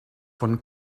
von